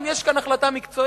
אם יש כאן החלטה מקצועית,